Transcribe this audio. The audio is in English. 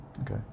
Okay